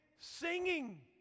singing